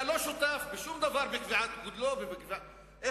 אתה לא שותף בשום דבר בקביעת גודלו וכו'.